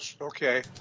Okay